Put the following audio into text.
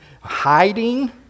hiding